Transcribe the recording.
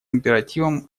императивом